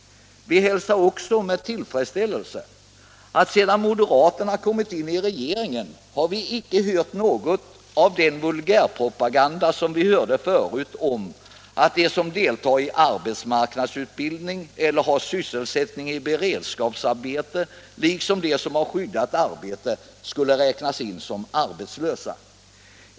Vi hälsar också med tillfredsställelse att vi sedan moderaterna kommit in i regeringen icke har hört något av den vulgärpropaganda som vi hörde tidigare om att de som deltar i arbetsmarknadsutbildning eller har sysselsättning i beredskapsarbete liksom de som har skyddat arbete skulle räknas som arbetslösa.